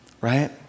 right